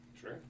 Sure